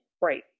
Right